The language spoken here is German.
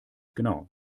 genau